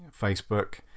Facebook